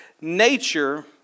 nature